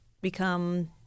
become